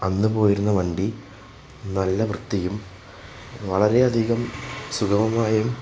അന്ന് പോയിരുന്ന വണ്ടി നല്ല വൃത്തിയും വളരെയധികം സുഖമമായും